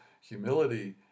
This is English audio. humility